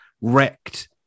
wrecked